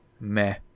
meh